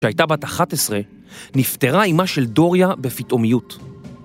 שהייתה בת 11, נפטרה אימה של דוריה בפתאומיות.